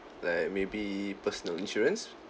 like maybe personal insurance